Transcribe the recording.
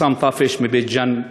חוסאם טאפש, מבית-ג'ן.